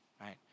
right